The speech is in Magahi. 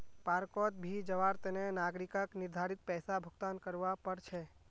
पार्कोंत भी जवार तने नागरिकक निर्धारित पैसा भुक्तान करवा पड़ छे